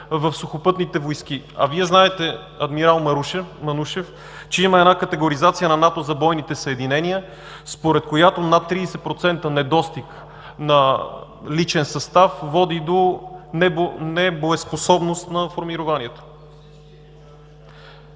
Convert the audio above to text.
в Сухопътните войски. Вие знаете, адмирал Манушев, че има една категоризация на НАТО за бойните съединения, според която над 30% недостиг на личен състав води до небоеспособност на формированията.